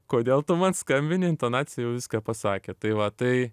kodėl tu man skambini intonacija jau viską pasakė tai va tai